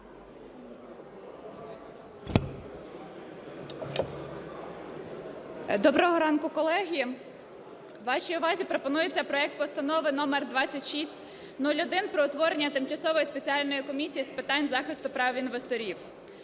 Доброго ранку колеги! Вашій увазі пропонується проект Постанови №2601 про утворення Тимчасової спеціальної комісії з питань захисту прав інвесторів.